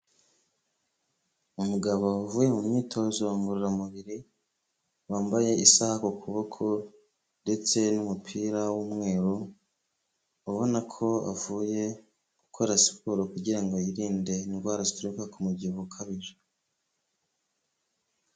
Umugabo uvuye mu myitozo ngororamubiri, wambaye isaha ku kuboko ndetse n'umupira w'umweru, ubona ko avuye gukora siporo kugira ngo yirinde indwara zituruka ku mubyiho ukabije.